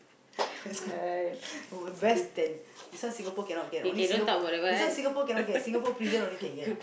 best than this one Singapore cannot get only Singapore this one Singapore cannot get Singapore prison only can get